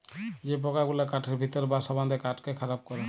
যে পকা গুলা কাঠের ভিতরে বাসা বাঁধে কাঠকে খারাপ ক্যরে